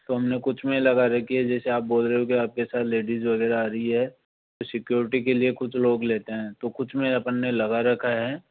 तो हमने कुछ में लगा रखी है जैसे आप बोल रहे हो के आपके साथ लेडीज़ वगैरह आ रही हैं तो सिक्योरिटी के लिए कुछ लोग लेते हैं और कुछ में अपन ने लगा रखा है